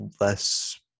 less